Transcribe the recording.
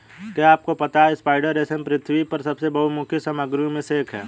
क्या आपको पता है स्पाइडर रेशम पृथ्वी पर सबसे बहुमुखी सामग्रियों में से एक है?